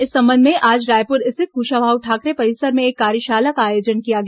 इस संबंध में आज रायपुर स्थित कुशाभाऊ ठाकरे परिसर में एक कार्यशाला का आयोजन किया गया